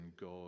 God